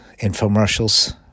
Infomercials